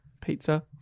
pizza